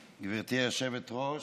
היושבת-ראש,